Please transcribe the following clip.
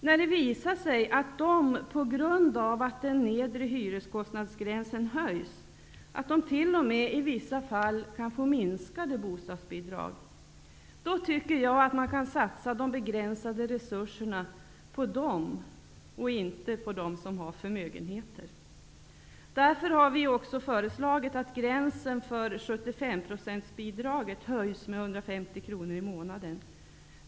När det visar sig att de, på grund av att den nedre hyreskostnadsgränsen höjs, t.o.m. i vissa fall kan få minskade bostadsbidrag, då tycker jag att man kan satsa de begränsade resurserna på dem och inte på dem som har förmögenheter. Därför har vi också föreslagit att gränsen för 75 procentsbidraget höjs med 150 kr per månad.